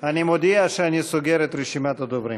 אני מודיע שאני סוגר את רשימת הדוברים.